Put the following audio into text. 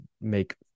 make